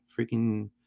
freaking